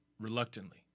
reluctantly